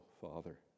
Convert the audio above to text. father